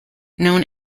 known